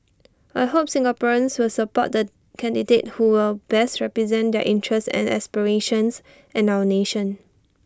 I hope Singaporeans will support the candidate who will best represent their interests and aspirations and our nation